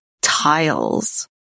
tiles